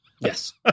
Yes